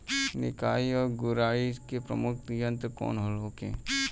निकाई और गुड़ाई के प्रमुख यंत्र कौन होखे?